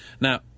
Now